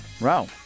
Wow